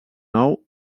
nou